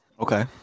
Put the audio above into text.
Okay